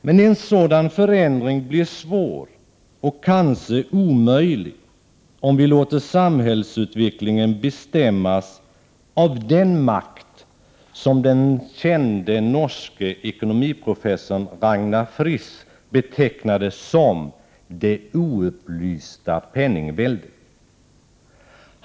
Men en sådan förändring blir svår och kanske omöjlig, om vi låter samhällsutvecklingen bestämmas av den makt som den kände norske ekonomiprofessorn Ragnar Frisch betecknade som ”det oupplysta penningväldet”.